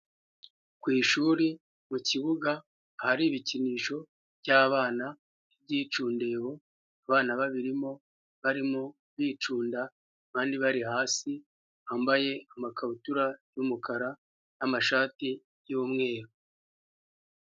Uu ishuri, mu kibuga, ahari ibikinisho by'abana, ibyicndebo, abana babirimo, barimo bicunda, abandi bari hasi, bambaye amakabutura y'umukara n'amashati y'umweru.